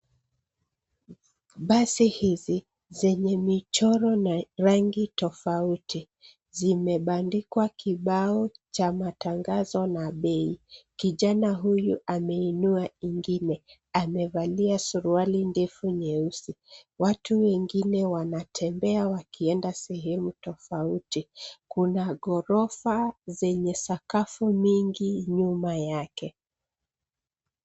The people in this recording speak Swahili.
Basi hizi zenye michoro na rangi tofauti, zimebandikwa kibao cha matangazo na bei. Kijana huyu ameinua ingine, amevalia suruali ndefu nyeusi. Watu wengine wanatembea wakienda sehemu tofauti. Kuna ghorofa zenye sakafu mingi nyuma yake.